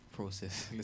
process